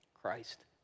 Christ